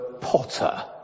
potter